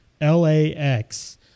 LAX